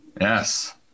Yes